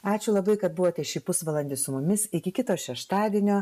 ačiū labai kad buvote šį pusvalandį su mumis iki kito šeštadienio